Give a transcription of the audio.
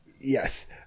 yes